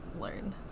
learn